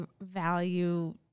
value